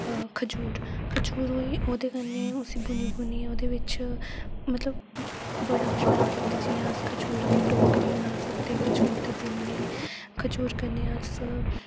खजूर खजूर होई ओह्दे कन्नै उस्सी भुनी भूनिये ओह्दे बिच मतलब बड़ा किश बना सकदे जियां अस खजूर दी टोकरी बना सकदे खजूर दे बिन्ने खजूर कन्नै अस